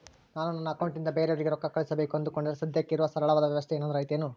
ನಾನು ನನ್ನ ಅಕೌಂಟನಿಂದ ಬೇರೆಯವರಿಗೆ ರೊಕ್ಕ ಕಳುಸಬೇಕು ಅಂದುಕೊಂಡರೆ ಸದ್ಯಕ್ಕೆ ಇರುವ ಸರಳವಾದ ವ್ಯವಸ್ಥೆ ಏನಾದರೂ ಐತೇನು?